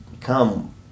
come